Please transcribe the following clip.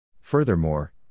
Furthermore